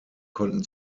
konnten